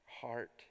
heart